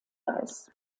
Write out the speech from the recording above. weiß